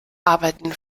arbeiten